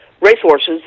racehorses